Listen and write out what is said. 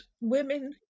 women